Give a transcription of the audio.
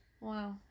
wow